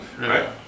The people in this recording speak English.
Right